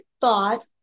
thought